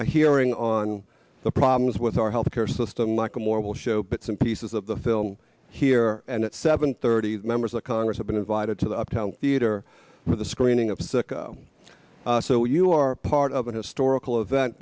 a hearing on the problems with our healthcare system michael moore will show bits and pieces of the film here and at seven thirty members of congress have been invited to the uptown theater for the screening of sicko so you are part of a historical event